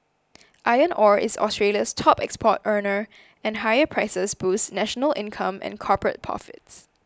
iron ore is Australia's top export earner and higher prices boosts national income and corporate profits